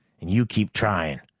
and you keep trying.